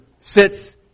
sits